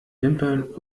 wimpern